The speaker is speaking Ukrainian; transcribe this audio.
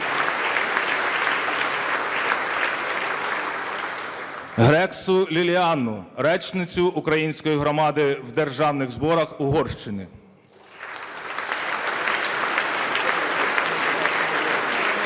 Грексу Ліліану, речницю української громади в Державних Зборах Угорщини (Оплески)